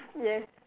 yes